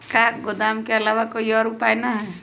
का गोदाम के आलावा कोई और उपाय न ह?